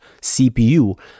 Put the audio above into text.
CPU